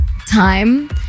time